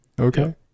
Okay